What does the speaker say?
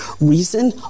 reason